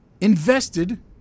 Invested